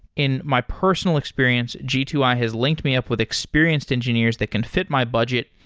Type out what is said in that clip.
in my personal experience, g two i has linked me up with experienced engineers that can fit my budget,